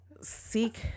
seek